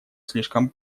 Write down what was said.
слишком